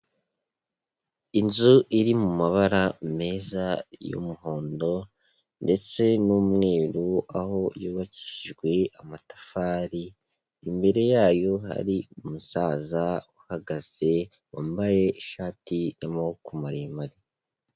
Inzu iri mu mabara meza y'umuhondo ndetse n'umweru, aho yubakishijwe amatafari, imbere yayo hari umusaza uhagaze wambaye ishati y'amako maremare.